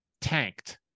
tanked